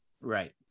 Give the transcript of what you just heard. Right